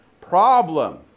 problem